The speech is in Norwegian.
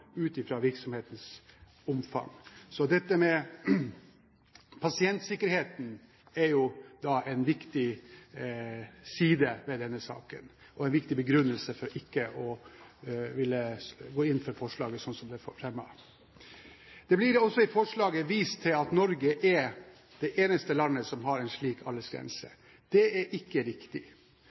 ut fra virksomhetens omfang. Så dette med pasientsikkerheten er en viktig side ved denne saken, og en viktig begrunnelse for ikke å ville gå inn for forslaget slik det er fremmet. Det blir også i forslaget vist til at Norge er det eneste landet som har en slik aldersgrense. Det er ikke riktig.